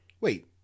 wait